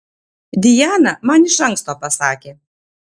diana man iš anksto pasakė